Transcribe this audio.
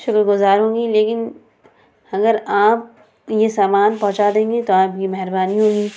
شکر گزار ہوں گی لیکن اگر آپ یہ سامان پہنچا دیں گے تو آپ کی مہربانی ہوگی